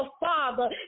Father